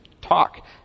talk